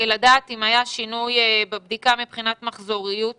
לדעת אם היה שינוי בבדיקה מבחינת מחזוריות הבדיקה.